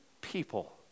people